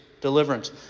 deliverance